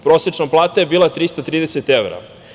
Prosečna plata je bila 330 evra.